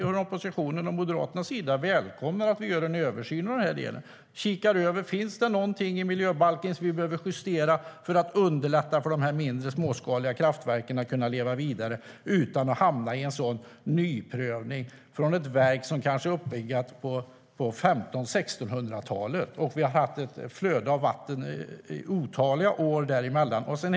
Från oppositionens och Moderaternas sida välkomnar vi en översyn av om det finns någonting i miljöbalken som vi behöver justera för att underlätta för de mindre, småskaliga kraftverken att kunna leva vidare utan att hamna i en nyprövning av ett verk som kanske är uppriggat på 1500 eller 1600-talet. Vi har haft ett flöde av vatten otaliga år sedan dess.